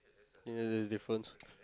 you know this difference